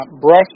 brush